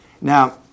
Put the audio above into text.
Now